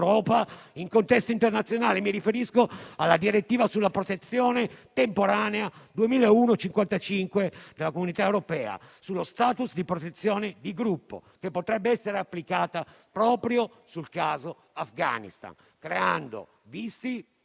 in contesto internazionale. Mi riferisco alla direttiva sulla protezione temporanea n. 55 del 2001 della Comunità europea sullo *status* di protezione di gruppo, che potrebbe essere applicata proprio per il caso Afghanistan, creando visti